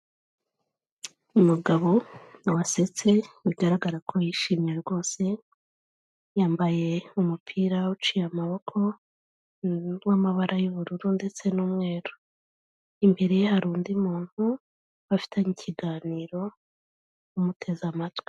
Umugabo wasetse bigaragara ko yishimye rwose, yambaye umupira uciye amaboko w'amabara y'ubururu ndetse n'umweru imbere ye hari undi muntu bafitanye ikiganiro umuteze amatwi.